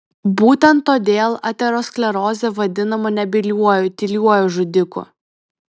būtent todėl aterosklerozė vadinama nebyliuoju tyliuoju žudiku